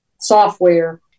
software